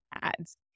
ads